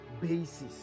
basis